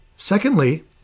Secondly